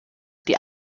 die